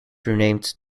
renamed